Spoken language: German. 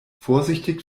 vorsichtig